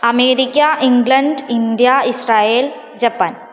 America England India Israel Japan